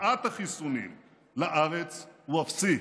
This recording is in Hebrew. הבאת החיסונים לארץ הוא אפסי,